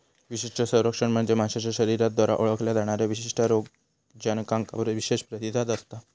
विशिष्ट संरक्षण म्हणजे माशाच्या शरीराद्वारे ओळखल्या जाणाऱ्या विशिष्ट रोगजनकांका विशेष प्रतिसाद असता